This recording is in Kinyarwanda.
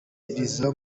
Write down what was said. riza